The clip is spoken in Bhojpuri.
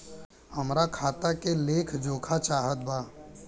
हमरा खाता के लेख जोखा चाहत बा?